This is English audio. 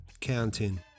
counting